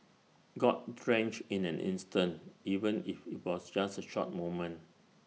got drenched in an instant even if IT was just A short moment